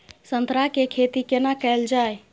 संतरा के खेती केना कैल जाय?